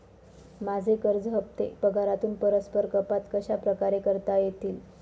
माझे कर्ज हफ्ते पगारातून परस्पर कपात कशाप्रकारे करता येतील?